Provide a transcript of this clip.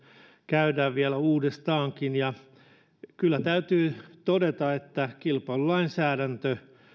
käydään vielä uudestaankin kyllä täytyy todeta että kilpailulainsäädäntö